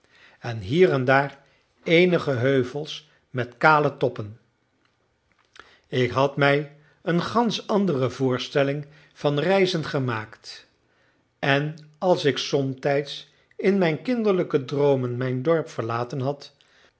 en hier en daar eenige heuvels met kale toppen ik had mij een gansch andere voorstelling van reizen gemaakt en als ik somtijds in mijn kinderlijke droomen mijn dorp verlaten had